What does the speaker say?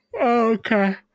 okay